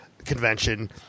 convention